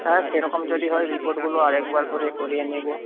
হ্যাঁ সেইরকম যদি হয় রিপোর্টগুলো আরেকবার করে করিয়ে নেব